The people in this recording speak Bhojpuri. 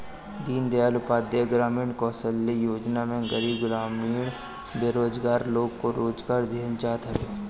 दीनदयाल उपाध्याय ग्रामीण कौशल्य योजना में गरीब ग्रामीण बेरोजगार लोग को रोजगार देहल जात हवे